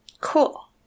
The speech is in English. Cool